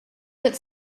that